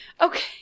Okay